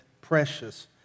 precious